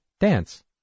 dance